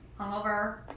hungover